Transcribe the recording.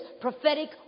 prophetic